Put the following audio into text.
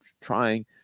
trying